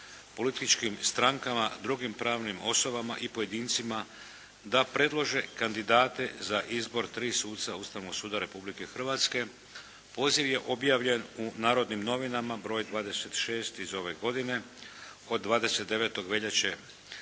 političkim strankama, drugim pravnim osobama i pojedincima da predlože kandidate za izbor 3 suca Ustavnog suda Republike Hrvatske, poziv je objavljen u "Narodnim novinama" broj 26 iz ove godine od 29. veljače